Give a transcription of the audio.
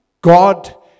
God